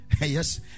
Yes